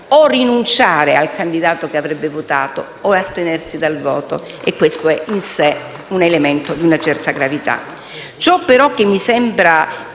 o rinunciare al candidato che avrebbe votato o astenersi dal voto; e questo è in sé un elemento di una certa gravità.